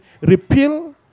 repeal